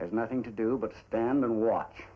there's nothing to do but stand the watch